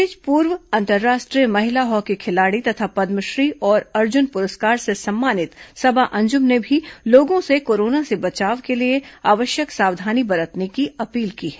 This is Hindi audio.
इस बीच पूर्व अंतर्राष्ट्रीय महिला हॉकी खिलाड़ी तथा पद्मश्री और अर्जुन पुरस्कार से सम्मानित सबा अंजुम ने भी लोगों से कोरोना से बचाव के लिए आवश्यक सावधानी बरतने की अपील की है